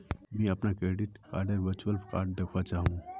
मी अपनार क्रेडिट कार्डडेर वर्चुअल कार्ड दखवा चाह मु